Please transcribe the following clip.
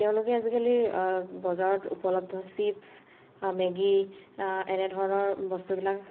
তেওঁলোকে আজিকালি বজাৰত উপলব্ধ চিপছ মেগী এনেধৰণৰ বস্তুবিলাক